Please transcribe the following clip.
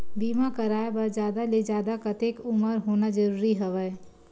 बीमा कराय बर जादा ले जादा कतेक उमर होना जरूरी हवय?